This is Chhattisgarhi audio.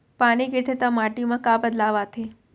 पानी गिरथे ता माटी मा का बदलाव आथे?